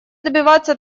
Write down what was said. добиваться